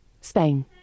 Spain